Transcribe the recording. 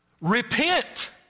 Repent